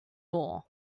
ore